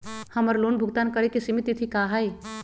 हमर लोन भुगतान करे के सिमित तिथि का हई?